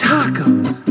Tacos